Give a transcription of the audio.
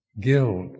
guilt